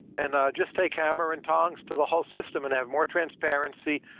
and um just take hammer and tongs to the whole system and have more transparency,